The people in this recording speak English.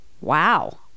wow